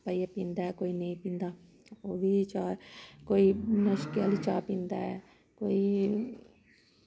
पाइयै पींदा ऐ कोई नेईं पींदा ओह्बी चाह् कोई बनशकें आह्ली चाह् पींदा ऐ कोई